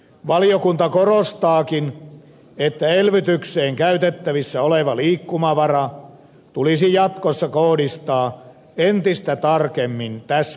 valiokunta korostaakin että elvytykseen käytettävissä oleva liikkumavara tulisi jatkossa kohdistaa entistä tarkemmin täsmätyöllistämiseen